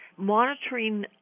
monitoring